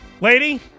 lady